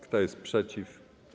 Kto jest przeciw?